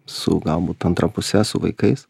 su galbūt antra puse su vaikais